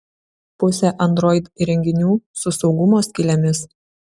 pusė android įrenginių su saugumo skylėmis